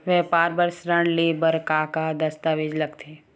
व्यापार बर ऋण ले बर का का दस्तावेज लगथे?